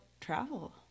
travel